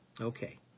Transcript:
Okay